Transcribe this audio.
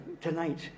tonight